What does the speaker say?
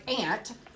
aunt